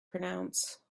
pronounce